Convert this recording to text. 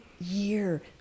year